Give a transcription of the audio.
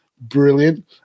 brilliant